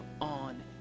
on